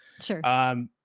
Sure